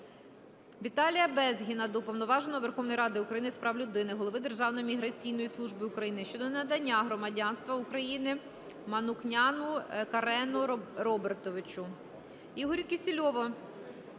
Віталія Безгіна до Уповноваженого Верховної Ради України з прав людини, голови Державної міграційної служби України щодо надання громадянства України Манукяну Карену Робертовичу.